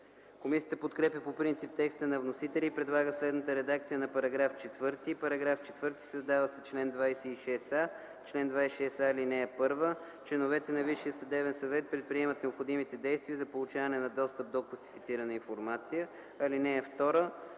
Комисията подкрепя по принцип текста на вносителя и предлага следната редакция на § 4: „§ 4. Създава се чл. 26а: „Чл. 26а. (1) Членовете на Висшия съдебен съвет предприемат необходимите действия за получаване на достъп до класифицирана информация. (2) Член